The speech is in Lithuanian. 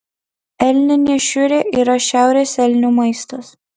elninė šiurė yra šiaurės elnių maistas